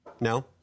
No